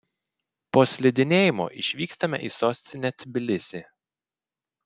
po slidinėjimo išvykstame į sostinę tbilisį